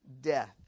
death